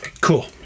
cool